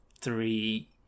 three